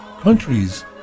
countries